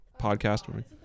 podcast